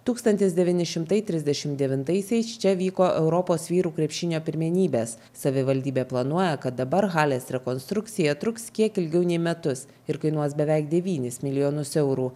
tūkstantis devyni šimtai trisdešim devintaisiais čia vyko europos vyrų krepšinio pirmenybės savivaldybė planuoja kad dabar halės rekonstrukcija truks kiek ilgiau nei metus ir kainuos beveik devynis milijonus eurų